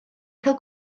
cael